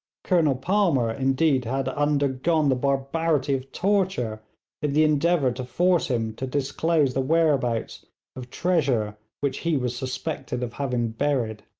colonel palmer, indeed, had undergone the barbarity of torture in the endeavour to force him to disclose the whereabouts of treasure which he was suspected of having buried.